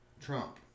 Trump